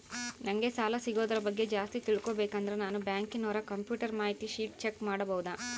ನಂಗೆ ಸಾಲ ಸಿಗೋದರ ಬಗ್ಗೆ ಜಾಸ್ತಿ ತಿಳಕೋಬೇಕಂದ್ರ ನಾನು ಬ್ಯಾಂಕಿನೋರ ಕಂಪ್ಯೂಟರ್ ಮಾಹಿತಿ ಶೇಟ್ ಚೆಕ್ ಮಾಡಬಹುದಾ?